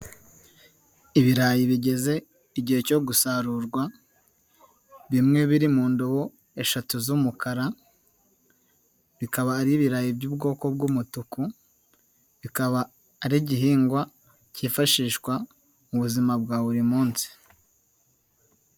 Ibirayi bigeze igihe cyo gusarurwa, bimwe biri mu ndobo eshatu z'umukara, bikaba ari ibirayi by'ubwoko bw'umutuku, bikaba ari igihingwa kifashishwa mu buzima bwa buri munsi.